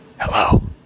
Hello